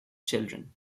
children